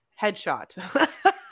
headshot